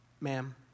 ma'am